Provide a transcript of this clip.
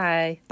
Bye